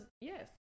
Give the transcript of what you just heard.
Yes